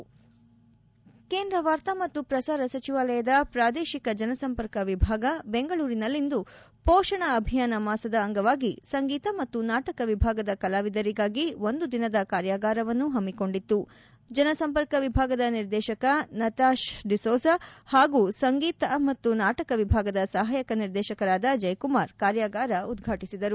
ಸ್ವರ್ಥ ಸ್ವರ್ಥ ಕೇಂದ್ರ ವಾರ್ತಾ ಮತ್ತು ಪ್ರಸಾರ ಸಚಿವಾಲಯದ ಪ್ರಾದೇಶಿಕ ಜನಸಂಪರ್ಕ ವಿಭಾಗ ಬೆಂಗಳೂರಿನಲ್ಲಿಂದು ಪೋಷಣ ಅಭಿಯಾನ ಮಾಸದ ಅಂಗವಾಗಿ ಸಂಗೀತ ಮತ್ತು ನಾಟಕ ವಿಭಾಗದ ಕಲಾವಿದರಿಗಾಗಿ ಒಂದು ದಿನದ ಕಾರ್ಯಗಾರವನ್ನು ಹಮ್ಮಿಕೊಂಡಿತ್ತು ಜನಸಂಪರ್ಕ ವಿಭಾಗದ ನಿರ್ದೇಶಕ ನಾತಾಶ್ ಡಿಸೋಜ ಹಾಗೂ ಸಂಗೀತ ಮತ್ತು ನಾಟಕ ವಿಭಾಗದ ಸಹಾಯಕ ನಿರ್ದೇಶಕರಾದ ಜಯಕುಮಾರ್ ಕಾರ್ಯಾಗಾರ ಉದ್ವಾಟಿಸಿದರು